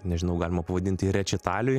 nežinau galima pavadinti rečitaliui